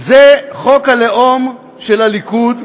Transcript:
זה חוק הלאום של הליכוד,